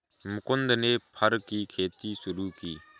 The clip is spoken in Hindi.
मुकुन्द ने फर की खेती शुरू की